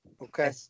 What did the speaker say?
Okay